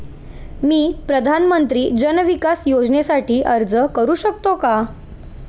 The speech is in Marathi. मी प्रधानमंत्री जन विकास योजनेसाठी अर्ज करू शकतो का?